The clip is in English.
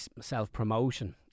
self-promotion